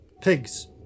pigs